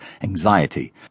anxiety